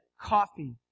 coffee